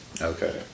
okay